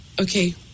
Okay